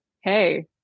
Hey